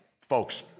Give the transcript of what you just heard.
Folks